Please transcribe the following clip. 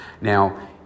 Now